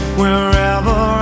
wherever